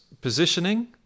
positioning